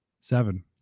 seven